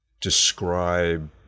describe